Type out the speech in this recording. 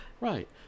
Right